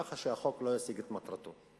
כך שהחוק לא ישיג את מטרתו.